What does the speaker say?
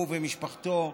הוא ומשפחתו,